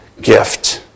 gift